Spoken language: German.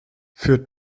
für